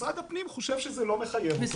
משרד הפנים חושב שזה לא מחייב אותו